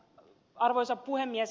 arvoisa puhemies